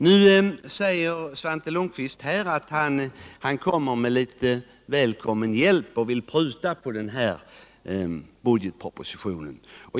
Nu säger Svante Lundkvist att han kommer med litet välkommen hjälp genom att han vill pruta på budgetpropositionen.